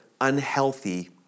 unhealthy